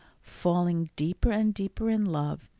falling deeper and deeper in love,